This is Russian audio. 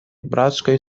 братской